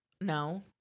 No